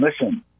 listen